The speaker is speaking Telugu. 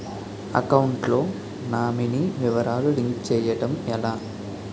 అకౌంట్ లో నామినీ వివరాలు లింక్ చేయటం ఎలా?